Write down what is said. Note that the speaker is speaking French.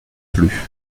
plus